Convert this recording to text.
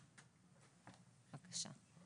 בבקשה.